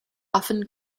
often